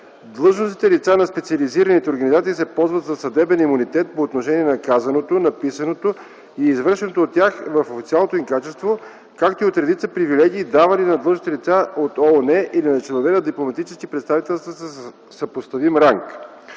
Длъжностните лица на специализираните организации се ползват със съдебен имунитет по отношение на казаното, написаното и извършеното от тях в официалното им качество, както и от редица привилегии, давани на длъжностните лица от ООН или на членове на дипломатически представителства със съпоставим ранг.